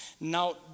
now